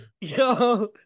Yo